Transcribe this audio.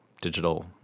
digital